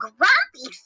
Grumpy